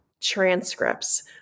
transcripts